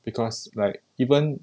because like even